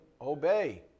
Obey